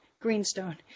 greenstone